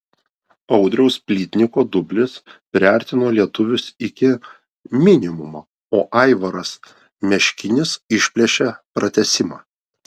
audriaus plytniko dublis priartino lietuvius iki minimumo o aivaras meškinis išplėšė pratęsimą